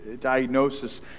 diagnosis